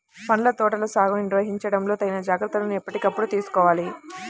పండ్ల తోటల సాగుని నిర్వహించడంలో తగిన జాగ్రత్తలను ఎప్పటికప్పుడు తీసుకోవాలి